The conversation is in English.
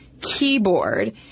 keyboard